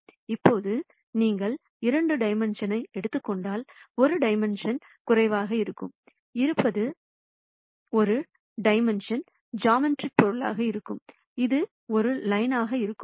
இப்போது நீங்கள் 2 டைமென்ஷன்களை எடுத்துக் கொண்டால் 1 டைமென்ஷன் குறைவாக இருப்பது ஒரு டைமென்ஷன் ஜாமெட்ரிக் பொருளாக இருக்கும் இது ஒரு லைன்ஆக இருக்கும்